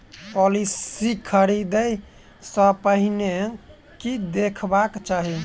Policy खरीदै सँ पहिने की देखबाक चाहि?